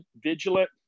vigilant